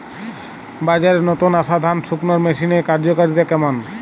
বাজারে নতুন আসা ধান শুকনোর মেশিনের কার্যকারিতা কেমন?